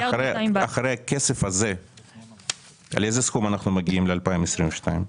אחרי הכסף הזה לאיזה סכום אנחנו מגיעים ל-2022?